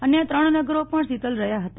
અન્ય ત્રણ નગરી પણ શીતલ રહ્યા હતા